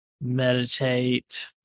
meditate